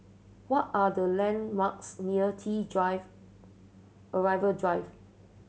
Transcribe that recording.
what are the landmarks near T Drive Arrival Drive